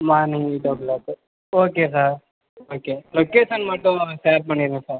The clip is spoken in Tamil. morning eight o'clock okay sir okay location மட்டும் ஷேர் பண்ணிவிடுங்க சார்